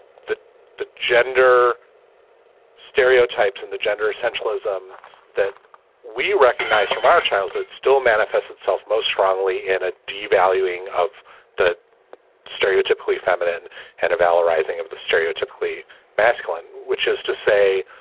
the the gender stereotypes and the gender essentialism that we recognize from our childhood still manifest itself most strongly in a devaluing of the stereotypically feminine hand of al arising of the stereotypically masculine, which is to say